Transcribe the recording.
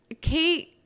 Kate